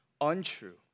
untrue